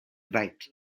weit